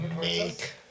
make